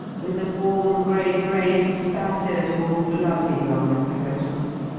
and the warm grey brain spattered all bloody on the parados